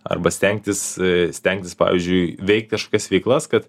arba stengtis stengtis pavyzdžiui veikt kažkokias veiklas kad